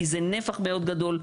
כי זה נפח מאוד גדול,